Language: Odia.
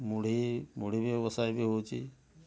ମୁଢ଼ି ମୁଢ଼ି ବ୍ୟବସାୟ ବି ହେଉଛି